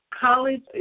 college